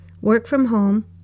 work-from-home